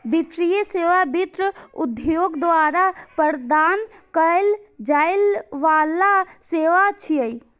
वित्तीय सेवा वित्त उद्योग द्वारा प्रदान कैल जाइ बला सेवा छियै